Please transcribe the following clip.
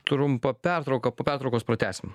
trumpą pertrauką po pertraukos pratęsim